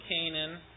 Canaan